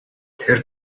тэр